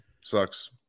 sucks